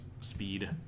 speed